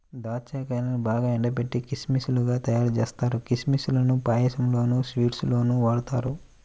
దాచ్చా కాయల్నే బాగా ఎండబెట్టి కిస్మిస్ లుగా తయ్యారుజేత్తారు, కిస్మిస్ లను పాయసంలోనూ, స్వీట్స్ లోనూ వాడతారు